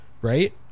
right